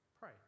pray